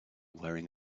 wearing